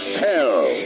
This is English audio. hell